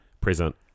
present